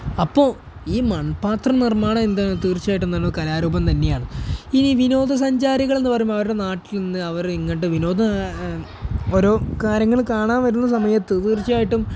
അപ്പോൾ ഈ മൺപാത്ര നിർമ്മാണം എന്താണ് തീർച്ചയായിട്ടും നല്ല കലാരൂപം തന്നെയാണ് ഇനി വിനോദസഞ്ചാരികൾ എന്നു പറയുമ്പോൾ അവരുടെ നാട്ടിൽ നിന്ന് അവർ ഇങ്ങോട്ട് വിനോദ ഓരോ കാര്യങ്ങൾ കാണാൻ വരുന്ന സമയത്ത് തീർച്ചയായിട്ടും